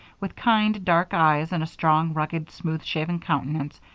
with kind, dark eyes and a strong, rugged, smooth-shaven countenance,